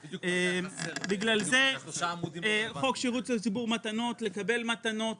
בגלל זה חוק שירות הציבור (מתנות), לקבל מתנות